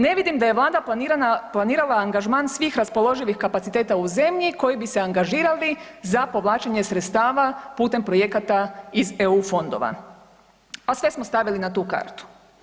Ne vidim da je Vlada planirana, planirala angažman svih raspoloživih kapaciteta u zemlji koji bi se angažirali za povlačenje sredstava putem projekata iz EU fondova, a sve smo stavili na tu kartu.